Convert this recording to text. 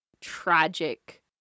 tragic